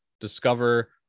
discover